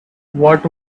what